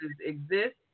exist